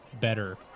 better